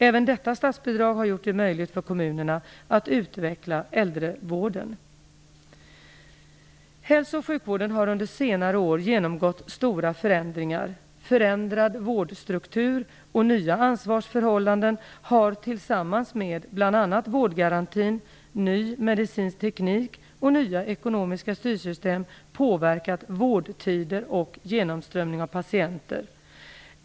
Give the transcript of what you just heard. Även detta statsbidrag har gjort det möjligt för kommunerna att utveckla äldrevården. Hälso och sjukvården har under senare år genomgått stora förändringar. Förändrad vårdstruktur och nya ansvarsförhållanden har tillsammans med bl.a. vårdgarantin, ny medicinsk teknik och nya ekonomiska styrsystem påverkat vårdtider och genomströmning av patienter.